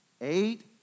Eight